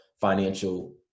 financial